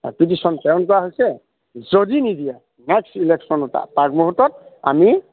petition কৰা হৈছে যদি নিদিয়া নেক্সট ইলেকশ্যনত তাৰ আগমূহুৰ্তত আমি